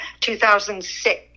2006